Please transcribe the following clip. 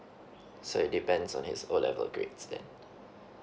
so it depends on his O level grades then